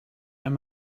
him